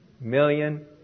million